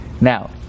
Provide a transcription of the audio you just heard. Now